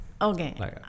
Okay